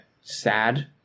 sad